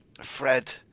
Fred